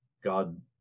God